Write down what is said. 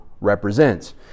represents